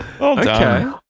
Okay